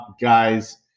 guys